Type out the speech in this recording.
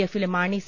എഫിലെ മാണി സി